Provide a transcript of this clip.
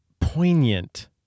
poignant